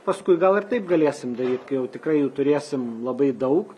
paskui gal ir taip galėsim daryt kai jau tikrai jų turėsim labai daug